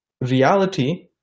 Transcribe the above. reality